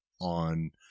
on